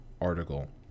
article